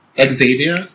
Xavier